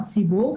הציבור,